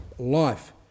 Life